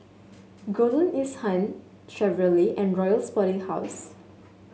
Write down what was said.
Golden East Han Chevrolet and Royal Sporting House